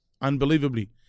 Unbelievably